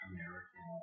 American